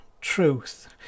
truth